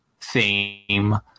theme